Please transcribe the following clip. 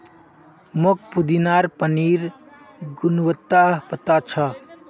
मोक पुदीनार पानिर गुणवत्ता पता छ